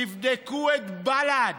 תבדקו את בל"ד,